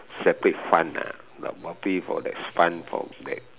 separate fund ah probably for the fund from that